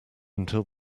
until